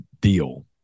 deal